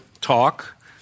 talk